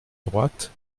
droite